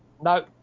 No